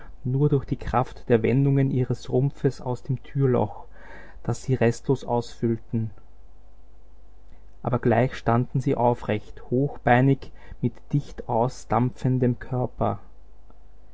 nur durch die kraft der wendungen ihres rumpfes aus dem türloch das sie restlos ausfüllten aber gleich standen sie aufrecht hochbeinig mit dicht ausdampfendem körper